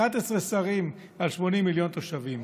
11 שרים על 80 מיליון תושבים,